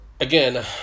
Again